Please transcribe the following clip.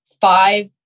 five